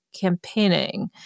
campaigning